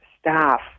staff